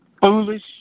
Foolish